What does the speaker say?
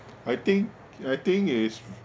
I think I think it's